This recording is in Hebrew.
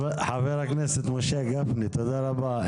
חבר הכנסת משה גפני, תודה רבה.